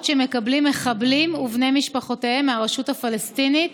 שמקבלים מחבלים ובני משפחותיהם מהרשות הפלסטינית